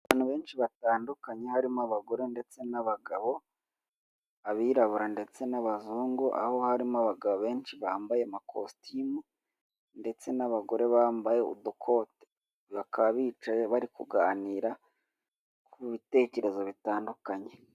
Aba n' abantu batatu bari ahantu hamwe mu nzu isize amabara y'umuhondo barakeye cyane yiganjemo abagabo babiri n'umugore umwe wambaye ikanzu y'umukara n'amadarubindi imbere ye hateretse agacupa k'amazi.